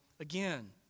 Again